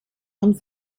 und